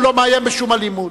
הוא לא מאיים בשום אלימות.